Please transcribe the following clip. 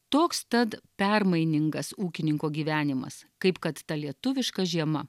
toks tat permainingas ūkininko gyvenimas kaip kad ta lietuviška žiema